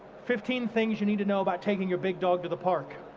fifteen things you need to know about taking your big dog to the park,